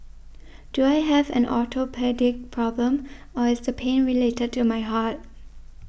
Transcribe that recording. do I have an orthopaedic problem or is the pain related to my heart